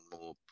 more